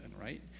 right